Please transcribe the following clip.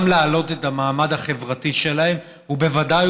גם להעלות את המעמד החברתי שלהם ובוודאי